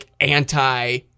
anti